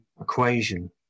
equation